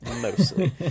Mostly